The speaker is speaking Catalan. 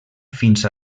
fins